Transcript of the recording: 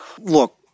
Look